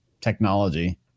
technology